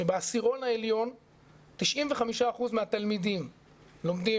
שבעשירון העליון 95% מהתלמידים לומדים